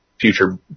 future